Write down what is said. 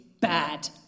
bad